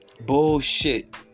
Bullshit